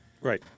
right